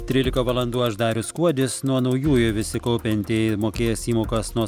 trylika valandų aš darius kuodis nuo naujųjų visi kaupiantieji mokės įmokas nuo savo